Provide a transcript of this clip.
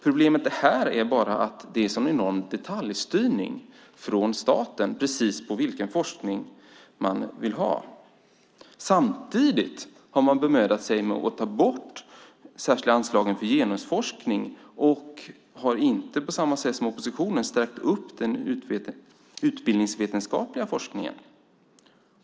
Problemet här är bara att det är en sådan enorm detaljstyrning från staten när det gäller vilken forskning man vill ha. Samtidigt har man bemödat sig om att ta bort de särskilda anslagen för genusforskning, och man har till skillnad från oppositionen inte stärkt den utbildningsvetenskapliga forskningen.